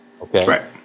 Okay